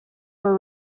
were